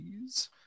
please